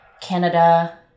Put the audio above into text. Canada